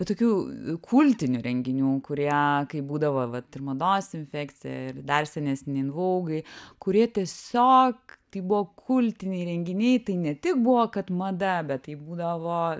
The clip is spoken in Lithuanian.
tokių kultinių renginių kurie kaip būdavo vat ir mados infekcija ir dar senesni invougai kurie tiesiog tai buvo kultiniai renginiai tai ne tik buvo kad mada bet tai būdavo